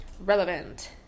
Relevant